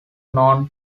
known